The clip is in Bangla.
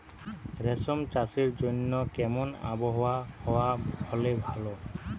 রেশম চাষের জন্য কেমন আবহাওয়া হাওয়া হলে ভালো?